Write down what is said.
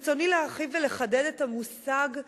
ברצוני להרחיב ולחדד את המושג נגישות.